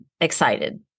excited